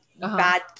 bad